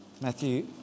Matthew